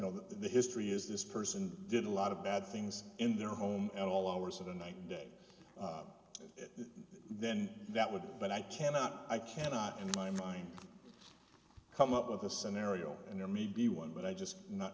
know the history is this person did a lot of bad things in their home at all hours of the night and day then that would but i cannot i cannot in my mind come up with a scenario and there may be one but i just not